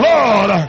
Lord